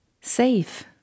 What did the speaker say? safe